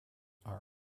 are